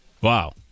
Wow